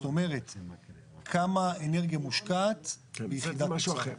זאת אומרת כמה אנרגיה מושקעת ביחידת משקל.